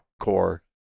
core